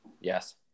Yes